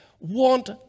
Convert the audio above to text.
want